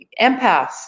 empaths